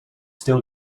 still